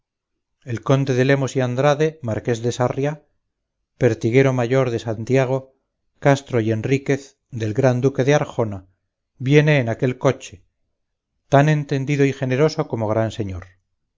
el conde de lemos y andrade marqués de sarria pertiguero mayor de santiago castro y enríquez del gran duque de arjona viene en aquel coche tan entendido y generoso como gran señor